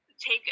take